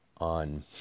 on